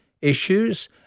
issues